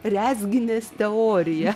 rezginės teorija